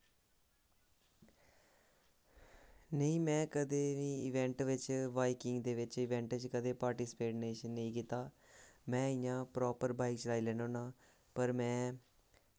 नेईं में कदें बी इवेंट बिच्च बाईकिंग दे बिच्च इवेंट दे बिच्च कदे पार्टिस्पेट शन नेईं कीता में इ'यां प्रॉपर बाईक चलाई लैन्ना होन्ना पर में